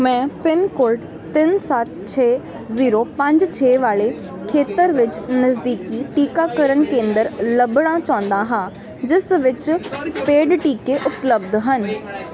ਮੈਂ ਪਿੰਨਕੋਡ ਤਿੰਨ ਸੱਤ ਛੇ ਜ਼ੀਰੋ ਪੰਜ ਛੇ ਵਾਲੇ ਖੇਤਰ ਵਿੱਚ ਨਜ਼ਦੀਕੀ ਟੀਕਾਕਰਨ ਕੇਂਦਰ ਲੱਭਣਾ ਚਾਹੁੰਦਾ ਹਾਂ ਜਿਸ ਵਿੱਚ ਪੇਡ ਟੀਕੇ ਉਪਲਬਧ ਹਨ